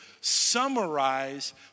summarize